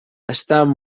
estan